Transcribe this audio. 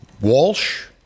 Walsh